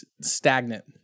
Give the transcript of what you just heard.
stagnant